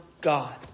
God